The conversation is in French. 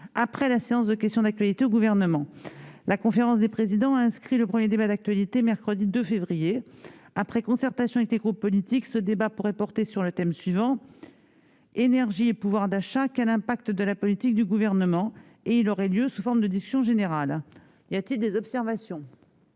après la séance de questions d'actualité au Gouvernement. La conférence des présidents a inscrit le premier débat d'actualité mercredi 2 février. Après concertation avec les groupes politiques, ce débat pourrait porter sur le thème :« Énergie et pouvoir d'achat : quel impact de la politique du Gouvernement ?» et aurait lieu sous forme de discussion générale. Y a-t-il des observations ?